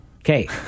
Okay